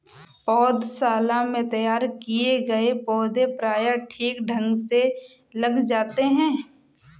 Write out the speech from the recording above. पौधशाला में तैयार किए गए पौधे प्रायः ठीक ढंग से लग जाते हैं